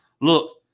Look